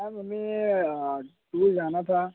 हाँ हमें टूर जाना था